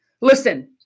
Listen